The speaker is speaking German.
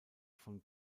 von